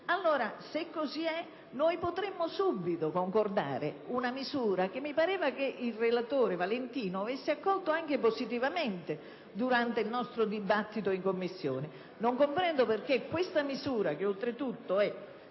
Se così è, potremmo subito concordare una misura, che mi pareva che il relatore Valentino avesse accolto anche positivamente durante il nostro dibattito in Commissione; non comprendo perché questa misura che, oltretutto, è